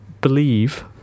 believe